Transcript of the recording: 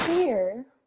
here,